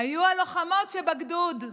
היו הלוחמות שבגדוד.